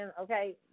okay